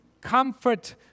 comfort